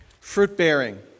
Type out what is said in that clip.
fruit-bearing